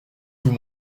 tout